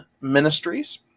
Ministries